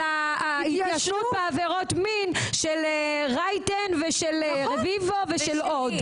ההתיישנות בעבירות מין של רייטן ושל רביבו ושל עוד.